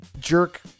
jerk